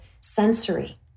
sensory